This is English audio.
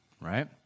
Right